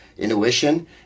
intuition